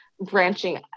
branching